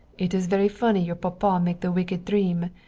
it is very funny your papa make the wicked dream!